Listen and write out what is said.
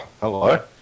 hello